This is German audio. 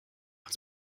uns